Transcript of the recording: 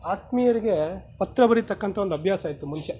ಆತ್ಮೀಯರಿಗೆ ಪತ್ರ ಬರಿತಕ್ಕಂಥ ಒಂದು ಅಭ್ಯಾಸ ಇತ್ತು ಮುಂಚೆ